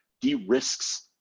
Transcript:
de-risks